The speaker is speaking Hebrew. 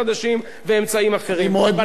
אני מאוד מודה לחבר הכנסת אקוניס,